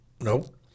Nope